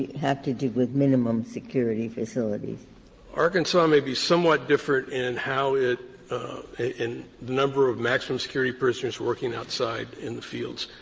have to do with minimum security facilities? laycock arkansas may be somewhat different in how it in the number of maximum security prisoners working outside in the fields,